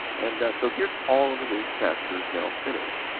and so here's all of the little capacitors now finished.